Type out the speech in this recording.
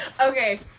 Okay